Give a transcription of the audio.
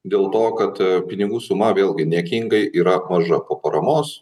dėl to kad pinigų suma vėlgi niekingai yra maža po paramos